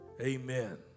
Amen